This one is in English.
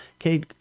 Okay